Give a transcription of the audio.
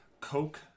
Coke